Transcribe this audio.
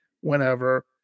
whenever